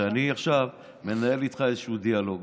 הרי אני מנהל איתך עכשיו איזשהו דיאלוג.